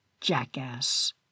jackass